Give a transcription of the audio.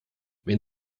wenn